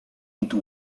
into